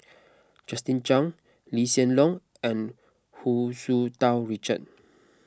Justin Zhuang Lee Hsien Loong and Hu Tsu Tau Richard